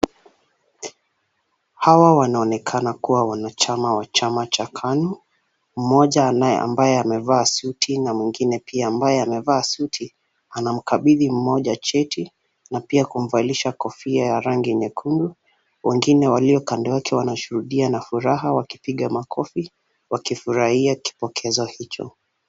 Hawa wanaoneka kuwa wanachama wa chama cha KANU. Mmoja ambaye amevaa suti na mwingine pia ambaye amevaa suti, anamkabidhi mmoja cheti na pia kumvalisha kofia ya rangi nyekundu. Wengine walio kando yake wanashuhudia na furaha wakipiga makofi, wakifurahia kipokezo hicho.